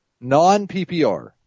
Non-PPR